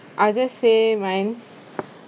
I'll just say mine